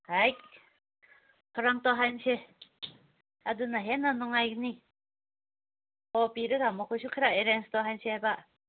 ꯍꯥꯏꯠ ꯀꯔꯝ ꯇꯧꯍꯟꯁꯤ ꯑꯗꯨꯅ ꯍꯦꯟꯅ ꯅꯨꯡꯉꯥꯏꯒꯅꯤ ꯑꯣ ꯄꯤꯔꯒ ꯃꯈꯣꯏꯁꯨ ꯈꯔ ꯑꯦꯔꯦꯟꯖ ꯇꯧꯍꯟꯁꯦꯕ